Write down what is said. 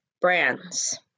brands